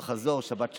ובחזור: "שבת שלום".